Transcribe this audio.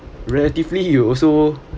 relatively you also